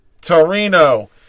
Torino